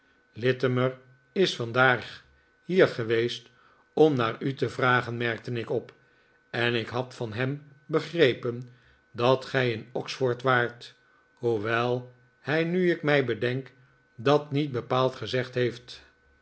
littimer is vandaag hier geweest om naar u te vragen merkte ik op en ik had van hem begrepen dat gij in oxford waart hoewel hij nu ik mij bedenk dat niet bepaald gezegd heeft